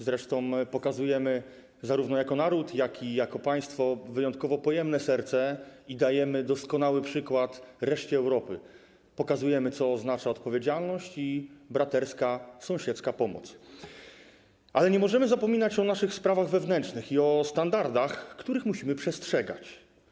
Zresztą pokazujemy zarówno jako naród, jak i jako państwo wyjątkowo pojemne serce, dajemy doskonały przykład reszcie Europy, pokazujemy, co oznacza odpowiedzialność i braterska sąsiedzka pomoc, ale nie możemy zapominać o naszych sprawach wewnętrznych i o standardach, których musimy przestrzegać.